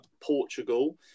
Portugal